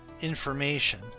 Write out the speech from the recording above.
information